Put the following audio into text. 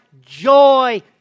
joy